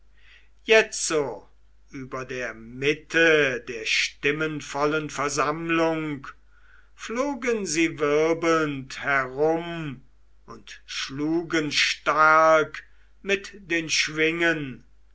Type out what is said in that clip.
jetzo über die mitte der stimmenvollen versammlung flogen sie wirbelnd herum und schlugen stark mit den schwingen